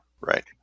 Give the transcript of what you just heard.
Right